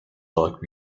like